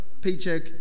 paycheck